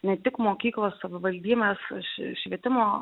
ne tik mokyklos savivaldybės š švietimo